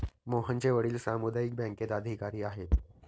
मोहनचे वडील सामुदायिक बँकेत अधिकारी आहेत